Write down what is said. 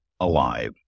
alive